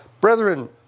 Brethren